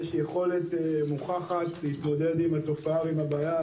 יש יכולת מוכחת להתמודד עם התופעה ועם הבעיה,